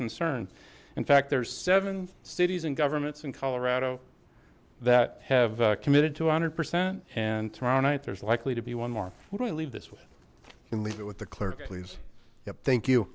concerned in fact there's seven cities and governments in colorado that have committed to a hundred percent and tomorrow night there's likely to be one more what do we leave this with you can leave it with the clerk please yep thank you